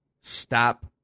stop